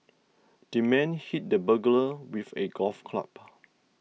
the man hit the burglar with a golf club